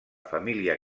família